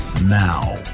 Now